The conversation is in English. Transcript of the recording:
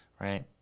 right